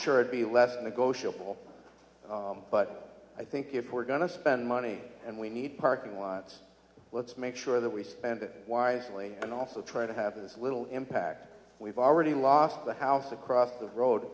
sure it be left negotiable but i think if we're going to spend money and we need parking lots let's make sure that we spend it wisely and also try to have this little impact we've already lost the house across the road